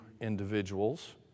individuals